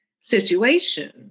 situation